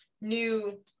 new